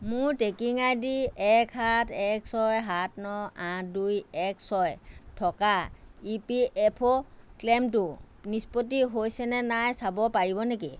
মোৰ tracking I D এক সাত এক ছয় সাত ন আঠ দুই এক ছয় থকা ই পি এফ অ' ক্লেইমটো নিষ্পত্তি হৈছেনে নাই চাব পাৰিব নেকি